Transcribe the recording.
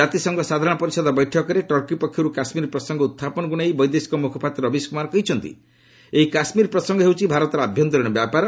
ଜାତିସଂଘ ସାଧାରଣ ପରିଷଦ ବୈଠକରେ ଟର୍କୀ ପକ୍ଷରୁ କାଶ୍ମୀର ପ୍ରସଙ୍ଗ ଉହ୍ଚାପନକୁ ନେଇ ବୈଦେଶିକ ମୁଖପାତ୍ର ରବିଶ କୁମାର କହିଛନ୍ତି ଏହି କାଶ୍ମୀର ପ୍ରସଙ୍ଗ ହେଉଛି ଭାରତର ଆଭ୍ୟନ୍ତରୀଣ ବ୍ୟାପାର